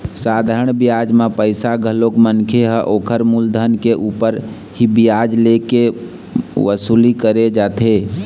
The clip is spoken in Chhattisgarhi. साधारन बियाज म पइसा कोनो मनखे ह ओखर मुलधन के ऊपर ही बियाज ले के वसूली करे जाथे